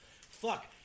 Fuck